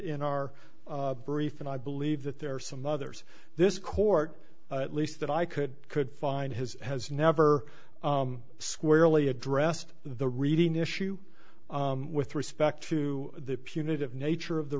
in our brief and i believe that there are some others this court at least that i could could find his has never squarely addressed the reading issue with respect to the punitive nature of the